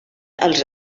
als